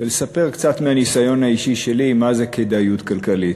ולספר קצת מהניסיון האישי שלי מה זה "כדאיות כלכלית".